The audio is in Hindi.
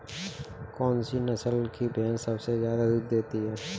कौन सी नस्ल की भैंस सबसे ज्यादा दूध देती है?